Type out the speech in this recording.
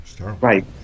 Right